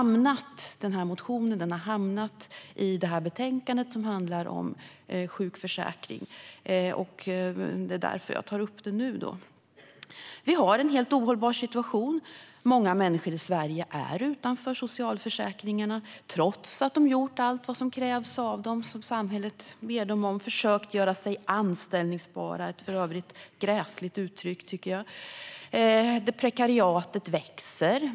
Motionen har dock hamnat i det här betänkandet, som handlar om sjukförsäkring, och det är därför jag tar upp det nu. Vi har en helt ohållbar situation. Många människor i Sverige är utanför socialförsäkringarna trots att de har gjort allt som samhället kräver av dem och försökt göra sig anställbara, ett för övrigt gräsligt uttryck, tycker jag. Prekariatet växer.